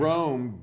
Rome